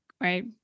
Right